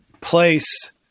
place